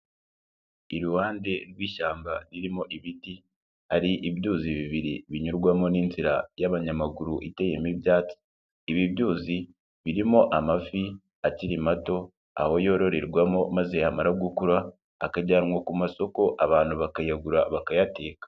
Iruhande rw'ishyamba ririmo ibiti hari ibyuzi bibiri binyurwamo n'inzira y'abanyamaguru iteyemo, ibi byuzi birimo amavi akiri mato aho yororerwamo maze yamara gukura akajyanwa ku masoko abantu bakayagura bakayateka.